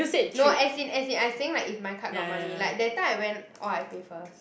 no as in as in I saying like if my card got money like that time I went all I pay first